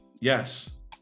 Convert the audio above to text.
yes